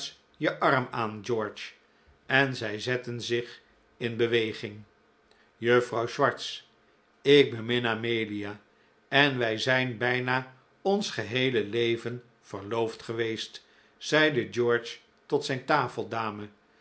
je arm aan george en zij zetten zich in beweging juffrouw swartz ik bemin amelia en wij zijn bijna ons geheele leven verloofd geweest zeide george tot zijn